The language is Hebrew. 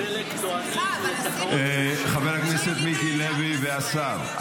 חלק טוענים --- חבר הכנסת מיקי לוי והשר -- סליחה,